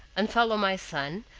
and follow my son,